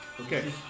okay